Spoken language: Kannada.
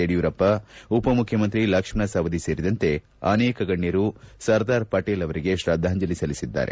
ಯಡಿಯೂರಪ್ಪ ಉಪಮುಖ್ಯಮಂತ್ರಿ ಲಕ್ಷ್ಮಣ ಸವದಿ ಸೇರಿದಂತೆ ಅನೇಕ ಗಣ್ಯರು ಸರ್ದಾರ್ ಪಟೇಲ್ ಅವರಿಗೆ ಶ್ರದ್ದಾಂಜಲಿ ಸಲ್ಲಿಸಿದ್ದಾರೆ